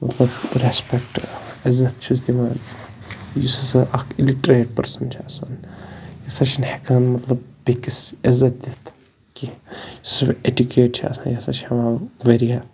مطلب رٮ۪سپٮ۪کٹ عزت چھُس دِوان یُس ہسا اَکھ اِلِٹرٛیٹ پٔرسَن چھِ آسان یہِ ہَسا چھُنہٕ ہٮ۪کان یہِ مطلب بیٚکِس عزت دِتھ کیٚنٛہہ یُس ہسا اٮ۪ڈیُکیٹ چھِ آسان یہِ ہَسا چھِ ہٮ۪وان واریاہ